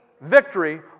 Victory